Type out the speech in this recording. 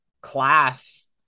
class